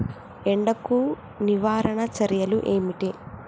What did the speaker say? ఎండకు నివారణ చర్యలు ఏమిటి?